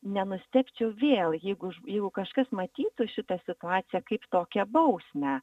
nenustebčiau vėl jeigu jeigu kažkas matytų šitą situaciją kaip tokią bausmę